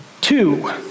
Two